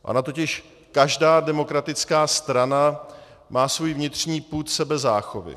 Ona totiž každá demokratická strana má svůj vnitřní pud sebezáchovy.